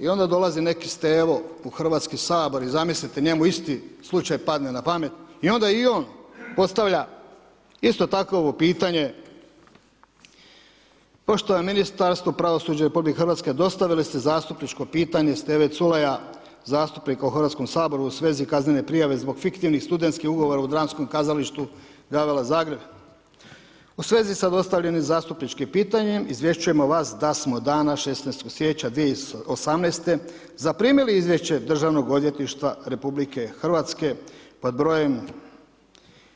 I onda dolazi neki Stevo u Hrvatski sabor i zamislite, njemu isti slučaj padne na pamet i onda i on postavlja isto takovo pitanje, ... je Ministarstvo pravosuđa RH, dostavili ste zastupničko pitanje Steve Culeja, zastupnika u Hrvatskom saboru u svezi kaznene prijave zbog fiktivnih studentskih ugovora u dramskom kazalištu Gavella Zagreb, u svezi sa dostavljenim zastupničkim pitanjem izvješćujemo vas da smo dana 16. siječnja 2018. zaprimili izvješće Državnog odvjetništva RH pod br.